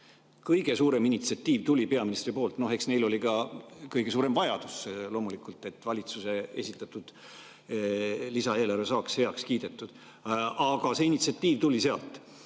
Kõige suurem initsiatiiv tuli peaministrilt. Eks neil oli ka kõige suurem vajadus loomulikult, et valitsuse esitatud lisaeelarve saaks heaks kiidetud. Aga see initsiatiiv tuli sealt. Täna